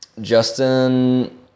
Justin